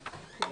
שהסכימה.